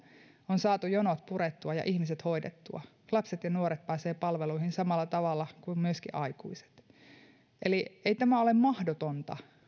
on saatu jonot purettua ja ihmiset hoidettua lapset ja nuoret pääsevät palveluihin samalla tavalla kuin myöskin aikuiset ei tämä ole mahdotonta